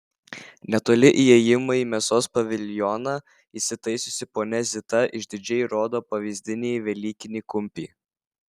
netoli įėjimo į mėsos paviljoną įsitaisiusi ponia zita išdidžiai rodo pavyzdinį velykinį kumpį